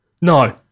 No